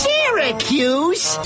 Syracuse